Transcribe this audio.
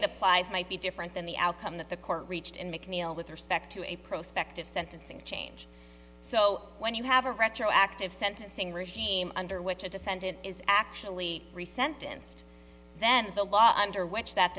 it applies might be different than the outcome that the court reached in mcneil with respect to a prospect of sentencing change so when you have a retroactive sentencing regime under which a defendant is actually recent inst then the law under which that